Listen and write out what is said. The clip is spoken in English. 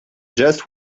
just